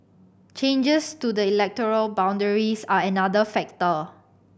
changes to the electoral boundaries are another factor